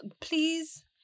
please